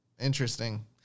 Interesting